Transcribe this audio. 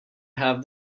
have